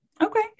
Okay